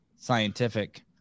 scientific –